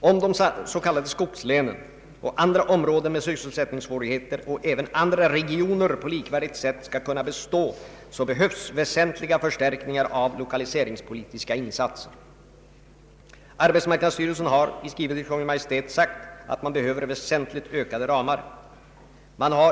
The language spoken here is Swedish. Om de s.k. skogslänen och andra områden med sysselsättningssvårigheter skall kunna bestå på ett med andra regioner likvärdigt sätt behövs väsentliga förstärkningar i fråga om lokaliseringspolitiska insatser. Arbetsmarknadsstyrelsen har i skrivelse till Kungl. Maj:t sagt att man behöver väsentligt vidgade ramar.